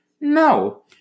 No